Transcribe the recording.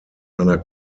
einer